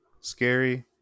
Scary